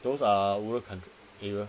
those are rural country area